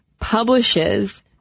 publishes